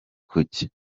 kuki